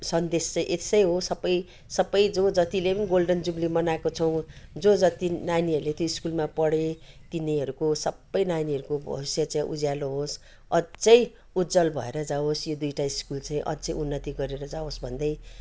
सन्देस चाहिँ यसै हो सबै जो जतिले पनि गोल्डन जुब्ली मनाएको छौँ जो जति नानीहरूले त्यो सकुलमा पढे तिनीहरूको सबै नानीहरूको भविष्य चाहिँ उज्यालो होस् अझै उज्जवल भएर जावोस् यो दुईटा स्कुल चाहिँ अझै उन्नति गरेर जाओस् भन्दै